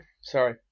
Sorry